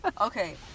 Okay